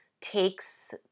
takes